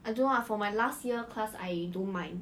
I don't know lah for my last year class I don't mind